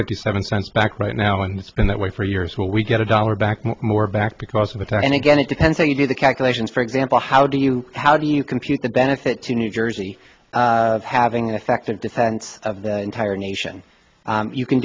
fifty seven cents back right now and it's been that way for years where we get a dollar back more back because of the time and again it depends how you do the calculations for example how do you how do you compute the benefit to new jersey of having effective defense of the entire nation you can